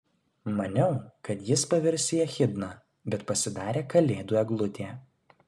maniau kad jis pavirs į echidną bet pasidarė kalėdų eglutė